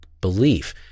belief